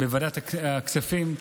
בוועדת הכספים,